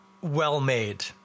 well-made